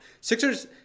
Sixers